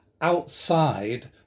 outside